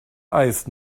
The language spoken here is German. eis